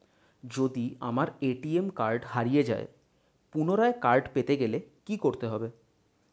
যদি আমার ATM card হারিয়ে যায় পুনরায় কার্ড পেতে গেলে কি করতে হবে?